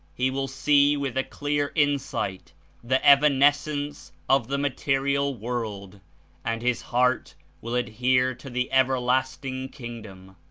he will see with a clear insight the evanescense of the material world and his heart will adhere to the everlasting kingdom.